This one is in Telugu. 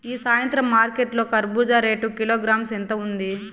ఈ సాయంత్రం మార్కెట్ లో కర్బూజ రేటు కిలోగ్రామ్స్ ఎంత ఉంది?